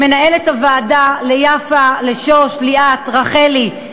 למנהלת הוועדה יפה, לשוש, ליאת, רחלי,